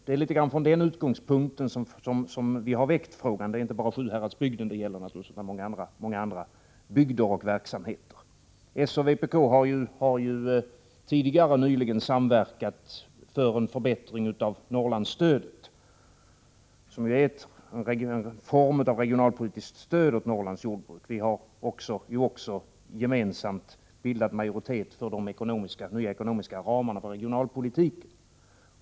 Det är litet grand från den utgångspunkten som vi har väckt frågan. Det gäller naturligtvis inte bara Sjuhärads bygden utan många andra bygder och verksamheter. Socialdemokraterna och vpk har nyligen samverkat för en förbättring av Norrlandsstödet, som ju är en form av regionalpolitiskt stöd åt Norrlands jordbruk. Vi har också gemensamt bildat majoritet för de nya ekonomiska ramarna för regionalpolitiken.